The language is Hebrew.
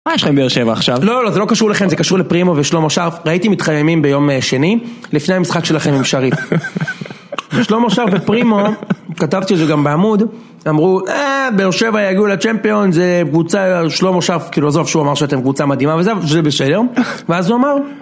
מה יש לכם מבאר שבע עכשיו? לא, לא, זה לא קשור אליכם, זה קשור לפרימו ושלמה שרף ראיתי אותם מתחממים ביום שני לפני המשחק שלכם עם שריף, שלמה שרף ופרימו, כתבתי את זה גם בעמוד, אמרו, אהה, באר שבע הגיעו לצ'מפיון זה קבוצה שלמה שרף, כאילו, עזוב שהוא אמר שאתם קבוצה מדהימה וזה בסדר ואז הוא אמר